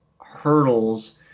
hurdles